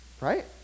right